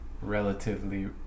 relatively